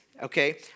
Okay